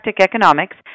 Economics